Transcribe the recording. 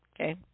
okay